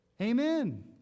Amen